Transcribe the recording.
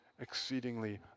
exceedingly